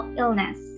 illness